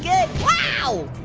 good! wow!